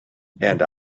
and